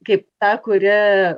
kaip ta kuri